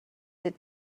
did